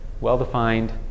well-defined